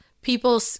People